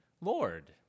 Lord